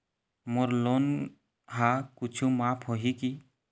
मोर loan हा कुछू माफ होही की?